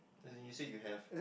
as in you say you have